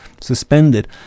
suspended